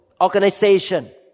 organization